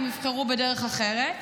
אם יבחרו בדרך אחרת,